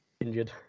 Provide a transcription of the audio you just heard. Injured